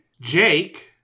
Jake